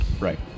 Right